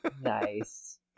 nice